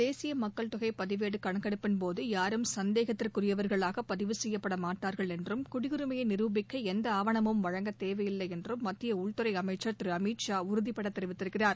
தேசிய மக்கள் தொகை பதிவேடு கணக்கெடுப்பின்போது யாரும் சந்தேகத்திற்குியவர்களாக பதிவு செய்யப்பட மாட்டார்கள் என்றும் குடியுரிமையை நிரூபிக்க எந்த ஆவணமும் வழங்கத் தேவையில்லை என்றும் மத்திய உள்துறை அமைச்சர் திரு அமித்ஷா உறுதிபட கூறியிருக்கிறார்